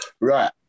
right